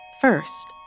First